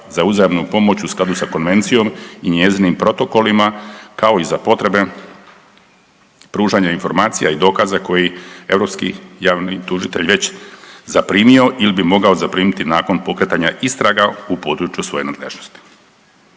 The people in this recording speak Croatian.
za uzajamnu pomoć u skladu sa konvencijom i njezinim protokolima kao i za potrebe pružanja informacija i dokaza koji europski javni tužitelj već zaprimio ili bi mogao zaprimiti nakon pokretanja istraga u području svoje nadležnosti.